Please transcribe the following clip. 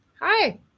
hi